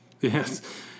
yes